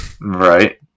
Right